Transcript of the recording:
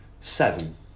Seven